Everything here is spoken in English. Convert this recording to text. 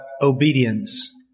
obedience